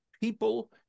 people